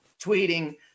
tweeting